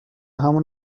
همان